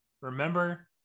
Remember